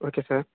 okay sir